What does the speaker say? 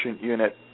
unit